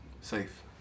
safe